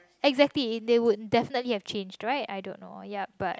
exactly they would definitely exchange right I don't know ya but